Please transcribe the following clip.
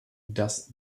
dass